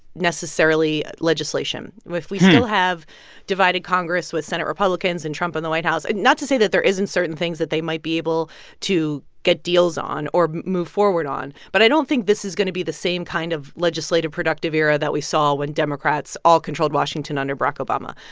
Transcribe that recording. necessarily, legislation. we still have divided congress with senate republicans and trump in the white house, not to say that there isn't certain things that they might be able to get deals on or move forward on. but i don't think this is going to be the same kind of legislative productive era that we saw when democrats all controlled washington under barack obama.